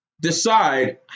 decide